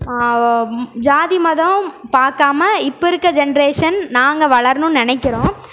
ஜாதி மதம் பாக்காமல் இப்போ இருக்க ஜென்ரேஷன் நாங்கள் வளரணும்ன்னு நினைக்கிறோம்